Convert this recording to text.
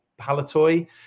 Palatoy